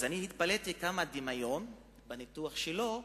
אז אני התפלאתי כמה דמיון בניתוח שלו,